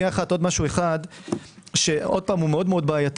עוד דבר אחד שמאוד בעייתי